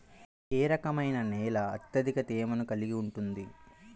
ఏ రకమైన నేల అత్యధిక తేమను కలిగి ఉంటుంది?